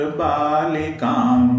balikam